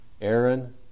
Aaron